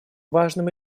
важным